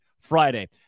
Friday